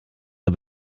der